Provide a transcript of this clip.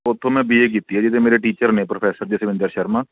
ਉੱਥੋਂ ਮੈਂ ਬੀਏ ਕੀਤੀ ਹੈ ਜੀ ਅਤੇ ਮੇਰੇ ਟੀਚਰ ਨੇ ਪ੍ਰੋਫੈਸਰ ਜਸਵਿੰਦਰ ਸ਼ਰਮਾ